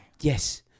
Yes